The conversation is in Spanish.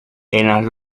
eran